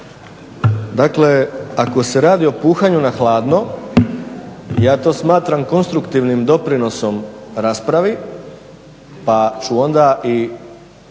Dakle, ako se radi o puhanju na hladno, ja to smatram konstruktivnim doprinosom raspravi, pa ću onda i